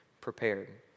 prepared